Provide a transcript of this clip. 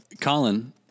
Colin